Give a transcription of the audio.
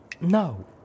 No